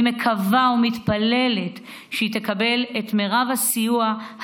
אני מקווה ומתפללת שהיא תקבל את מרב הסיוע,